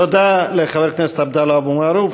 תודה לחבר הכנסת עבדאללה אבו מערוף.